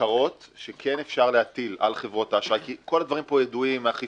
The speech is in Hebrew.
נבין שכלל המאמצים הנדרשים בוצעו וכל מי שצריך